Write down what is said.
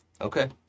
Okay